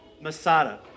Masada